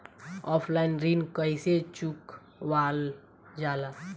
Offline ऋण कइसे चुकवाल जाला?